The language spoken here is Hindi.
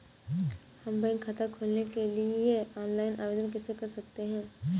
हम बैंक खाता खोलने के लिए ऑनलाइन आवेदन कैसे कर सकते हैं?